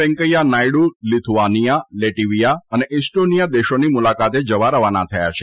Venkaiah Naidu Lithuania Latvia અને Estonia દેશોની મુલાકાતે જવા રવાના થયા છે